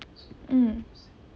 mm